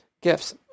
gifts